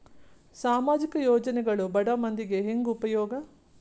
ಸಾಮಾಜಿಕ ಯೋಜನೆಗಳು ಬಡ ಮಂದಿಗೆ ಹೆಂಗ್ ಉಪಯೋಗ?